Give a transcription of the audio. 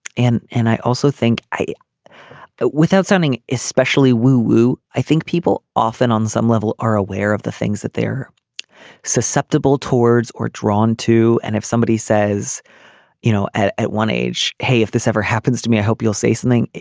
and and i also think i but without sounding especially woo woo. i think people often on some level are aware of the things that they're susceptible towards or drawn to. and if somebody says you know at at one age hey if this ever happens to me i hope you'll say something.